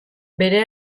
bere